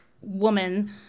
woman